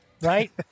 right